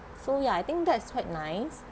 so ya I think that's quite nice